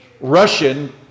Russian